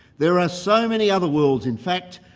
there are so many other worlds in fact,